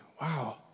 Wow